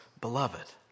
beloved